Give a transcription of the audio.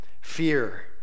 fear